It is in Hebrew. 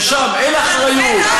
ששם אין אחריות,